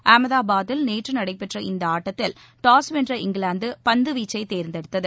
அகமதபாத்தில் நேற்று நடைபெற்ற இந்த ஆட்டத்தில் டாஸ் வென்ற இங்கிலாந்து பந்து வீச்சை தேர்ந்தெடுத்தது